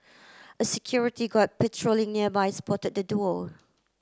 a security guard patrolling nearby spotted the duo